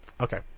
Okay